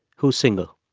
who's single.